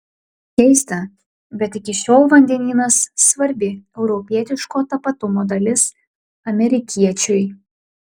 keista bet iki šiol vandenynas svarbi europietiško tapatumo dalis amerikiečiui